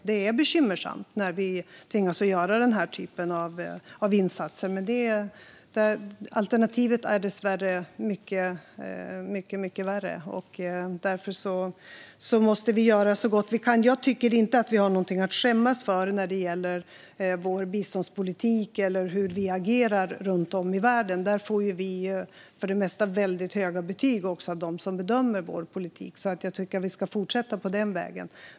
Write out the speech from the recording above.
Det är bekymmersamt när vi tvingas att göra den här typen av kompromisser, men alternativet är dessvärre mycket värre. Därför måste vi göra så gott vi kan. Jag tycker inte att vi har något att skämmas för när det gäller vår biståndspolitik eller hur vi agerar runt om i världen. Där får vi för det mesta väldigt höga betyg av dem som bedömer vår politik, så jag tycker att vi ska fortsätta på den vägen.